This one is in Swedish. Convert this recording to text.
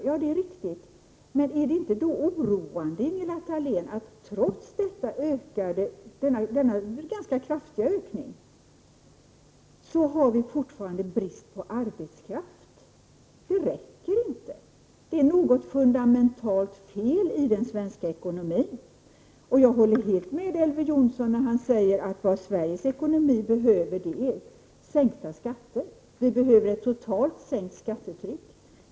Ja, det är riktigt, men är det inte oroande att vi, trots denna ganska kraftiga ökning, fortfarande har brist på arbetskraft? Det räcker inte. Det är något fundamentalt fel i den svenska ekonomin. Jag håller helt med Elver Jonsson, när han säger att vad Sveriges ekonomi behöver är sänkta skatter. Vi behöver ett totalt sänkt skattetryck.